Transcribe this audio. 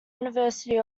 university